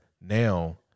now